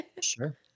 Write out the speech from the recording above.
Sure